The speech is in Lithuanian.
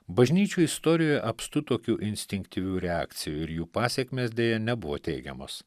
bažnyčių istorijoje apstu tokių instinktyvių reakcijų ir jų pasekmės deja nebuvo teigiamos